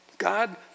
God